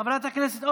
חברת הכנסת אורלי,